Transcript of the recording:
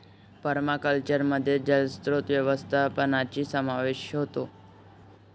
पर्माकल्चरमध्ये जलस्रोत व्यवस्थापनाचाही समावेश होतो